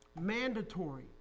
Mandatory